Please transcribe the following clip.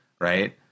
right